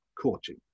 coaching